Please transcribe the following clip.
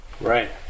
Right